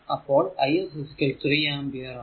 അപ്പോൾ i s 3ആമ്പിയർ ആണ്